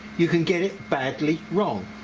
you can get it badly wrong